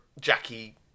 Jackie